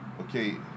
Okay